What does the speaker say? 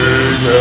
King